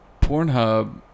Pornhub